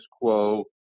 quo